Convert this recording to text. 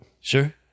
Sure